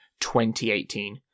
2018